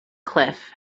cliff